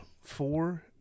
four